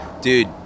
dude